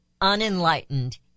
unenlightened